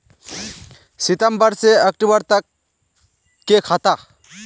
सितम्बर से अक्टूबर तक के खाता?